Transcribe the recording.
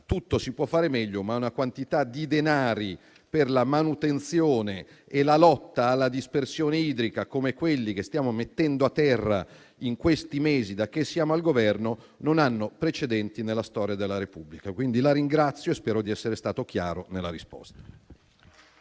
tutto si può fare meglio, ma una quantità di denari per la manutenzione e la lotta alla dispersione idrica, come quelli che stiamo mettendo a terra in questi mesi da che siamo al Governo, non hanno precedenti nella storia della Repubblica. Quindi, la ringrazio e spero di essere stato chiaro nella risposta.